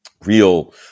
Real